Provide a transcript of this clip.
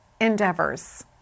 endeavors